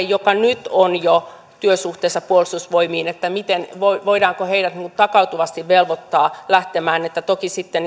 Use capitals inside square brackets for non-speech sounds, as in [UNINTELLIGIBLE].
[UNINTELLIGIBLE] joka nyt jo on työsuhteessa puolustusvoimiin ja se voidaanko heidät takautuvasti velvoittaa lähtemään toki sitten [UNINTELLIGIBLE]